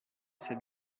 ses